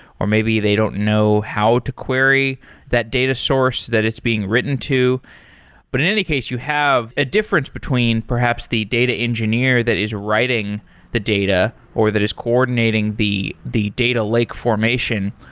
or maybe they don't know how to query that data source that it's being written to but in any case, you have a difference between perhaps the data engineer that is writing the data, or that is coordinating the the data lake formation.